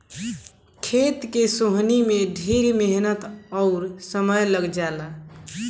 खेत के सोहनी में ढेर मेहनत अउर समय लाग जला